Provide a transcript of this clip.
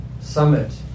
summit